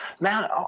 man